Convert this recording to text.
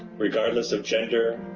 regardless of gender,